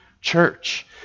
church